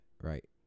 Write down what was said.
right